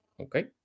Okay